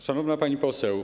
Szanowna Pani Poseł!